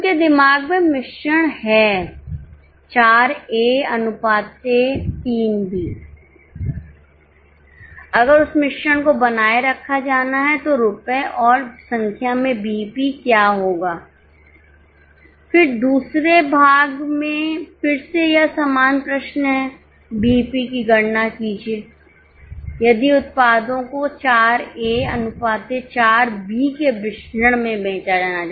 तो उनके दिमाग में मिश्रण है 4 ए3 बी अगर उस मिश्रण को बनाए रखा जाना है तो रुपये और संख्या में बीईपी क्या होगा दूसरे भाग में फिर से यह समान प्रश्न है बीईपी की गणना कीजिए यदि उत्पादों को 4 ए 4 बी के मिश्रण में बेचा जाना है